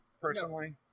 personally